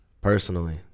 personally